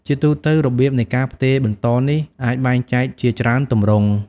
ជាទូទៅ របៀបនៃការផ្ទេរបន្តនេះអាចបែងចែកជាច្រើនទម្រង់។